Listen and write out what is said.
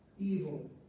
Evil